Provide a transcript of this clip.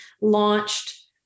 launched